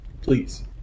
please